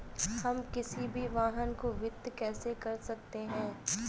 हम किसी भी वाहन को वित्त कैसे कर सकते हैं?